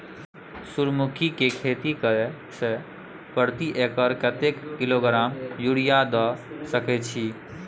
सूर्यमुखी के खेती करे से प्रति एकर कतेक किलोग्राम यूरिया द सके छी?